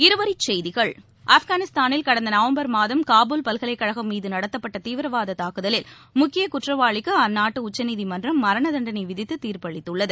இருவரிச் செய்திகள் ஆப்கானிஸ்தானில் கடந்த நவம்பர் மாதம் காபூல் பல்கலைக் கழகம் மீது நடத்தப்பட்ட தீவிரவாத தூக்குதலில் முக்கிய குற்றவாளிக்கு அந்நாட்டு உச்சநீதிமன்றம் மரண தண்டனை விதித்து தீர்ப்பளித்துள்ளது